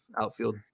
outfield